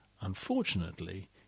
Unfortunately